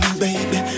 baby